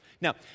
now